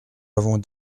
avons